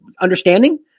understanding